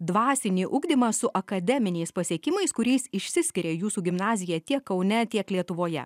dvasinį ugdymą su akademiniais pasiekimais kuriais išsiskiria jūsų gimnazija tiek kaune tiek lietuvoje